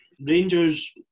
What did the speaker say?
Rangers